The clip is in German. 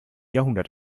jahrhundert